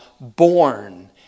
born